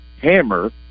hammer